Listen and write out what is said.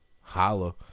holla